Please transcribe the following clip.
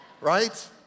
Right